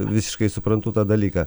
visiškai suprantu tą dalyką